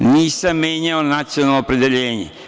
Nisam menjao nacionalno opredeljenje.